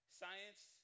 science